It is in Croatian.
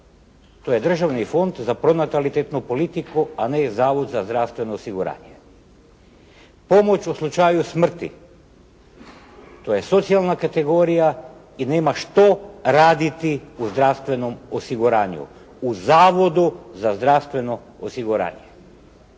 To je Državni fond za pronatalitetnu politiku, a ne Zavod za zdravstveno osiguranje. Pomoć u slučaju smrti. To je socijalna kategorija i nema što raditi u zdravstvenom osiguranju, u Zavodu za zdravstvenom osiguranju.